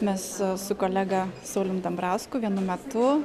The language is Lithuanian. mes su su kolega saulium dambrausku vienu metu